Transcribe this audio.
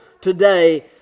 today